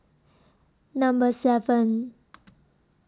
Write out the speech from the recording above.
Number seven